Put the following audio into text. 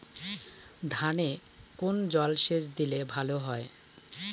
ধানে কোন জলসেচ দিলে ভাল হয়?